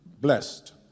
blessed